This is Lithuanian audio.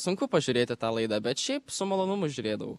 sunku pažiūrėti tą laidą bet šiaip su malonumu žiūrėdavau